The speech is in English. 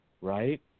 right